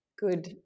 good